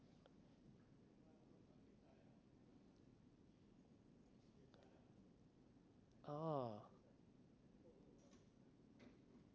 orh